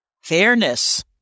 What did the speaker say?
fairness